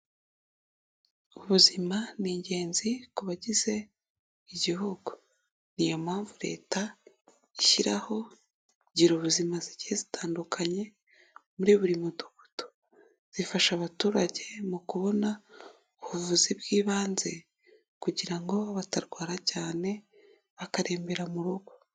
Ubuzima ni ingenzi kubagize Igihugu. niyo mpamvu Leta ishyiraho kugira ubuzima zigiye zitandukanye muri buri mudugudu. Zifasha abaturage mu kubona ubuvuzi bw'ibanze kugira ngo batarwara cyane bakarembera mu rugo.